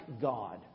God